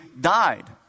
died